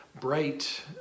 bright